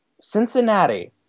Cincinnati